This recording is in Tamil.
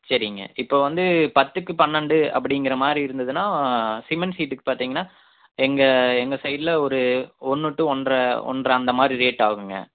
சரிங்க இப்போ வந்து பத்துக்கு பன்னெண்டு அப்படிங்கிற மாதிரி இருந்துதுன்னா சிமெண்ட் சீட்டுக்கு பார்த்தீங்கன்னா எங்கள் எங்கள் சைடில் ஒரு ஒன்று டூ ஒன்றை அந்த மாதிரி ரேட் ஆகும்ங்க